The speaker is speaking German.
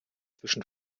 zwischen